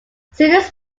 students